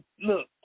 Look